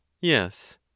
yes